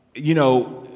you know,